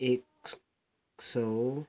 एक सौ